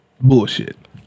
bullshit